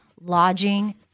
lodging